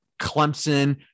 Clemson